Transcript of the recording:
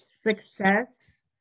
Success